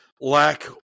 lack